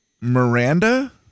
Miranda